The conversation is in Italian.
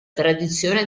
tradizione